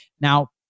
Now